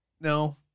No